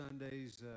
Sundays